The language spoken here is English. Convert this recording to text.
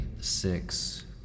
six